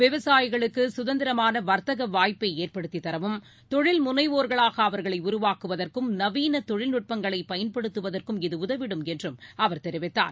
விவசாயிகளுக்குகந்திரமானவர்த்தகவாய்ப்பைஏற்படுத்தித் தரவும் தொழில் முனைவோர்களாகஅவர்களைஉருவாக்குவதற்கும் நவீனதொழில்நுட்பங்களைபயன்படுத்துவதற்கும் இது உதவிடும் என்றுஅவர் கூறினார்